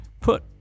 Put